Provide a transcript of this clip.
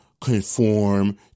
conform